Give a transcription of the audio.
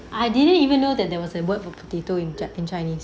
I didn't even know that there was a word for potato in jap in chinese